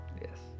Yes